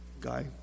Guy